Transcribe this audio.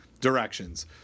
directions